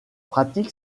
pratique